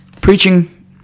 preaching